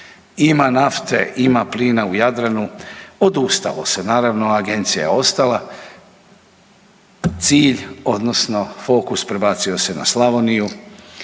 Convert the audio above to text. Ima nafte, ima plina u Jadranu, odustalo se naravno, agencija je ostala, cilj odnosno fokus prebacio se na Slavoniju.